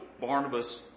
Barnabas